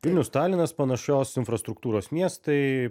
vilnius talinas panašios infrastruktūros miestai